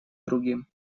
другим